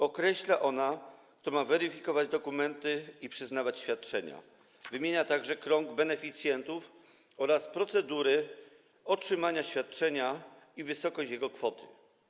Określa ona, kto ma weryfikować dokumenty i przyznawać świadczenia, określa także beneficjentów oraz procedury otrzymania świadczenia i wysokość jego kwoty.